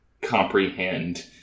comprehend